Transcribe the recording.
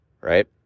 Right